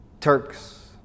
turks